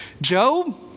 Job